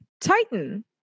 Titan